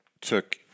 took